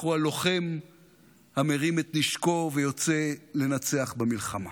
אנחנו הלוחם המרים את נשקו ויוצא לנצח במלחמה.